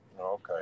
Okay